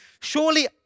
Surely